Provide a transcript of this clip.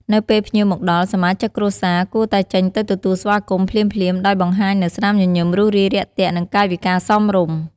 នៅពេលភ្ញៀវមកដល់ សមាជិកគ្រួសារគួរតែចេញទៅទទួលស្វាគមន៍ភ្លាមៗ ដោយបង្ហាញនូវ ស្នាមញញឹមរួសរាយរាក់ទាក់ និង កាយវិការសមរម្យ។